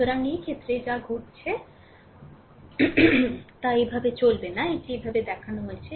সুতরাং এই ক্ষেত্রে যা ঘটছে তা এভাবে চলবে না এটি যেভাবে দেখানো হয়েছে